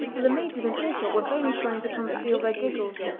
for the maids within earshot were vainly trying to conceal their giggles.